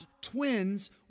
twins